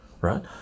right